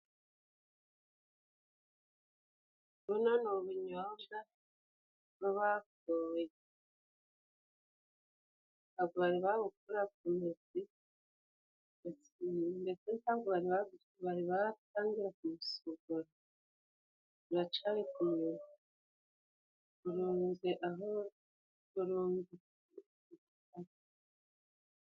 Buno ni ubunyobwa bwo bakuye. Ntabwo bari babukura ku mizi, mbese ntabwo baratangira kubusogora, buracari ku mizi. Burunze aho.